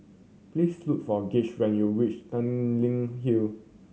please look for Gauge when you reach Tanglin Hill